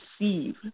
receive